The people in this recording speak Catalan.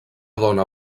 dóna